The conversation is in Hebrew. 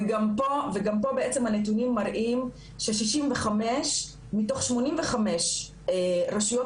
וגם פה הנתונים מראים ש-65 מתוך 85 רשויות